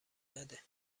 نده